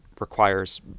requires